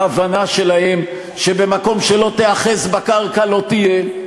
ההבנה שלהם שבמקום שלא תיאחז בקרקע, לא תהיה,